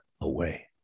away